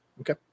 Okay